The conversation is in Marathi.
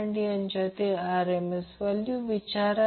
हे 3 Ω आहे हे j XC व्हेरिएबल आणि हे RL आहे